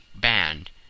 band